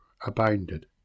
abounded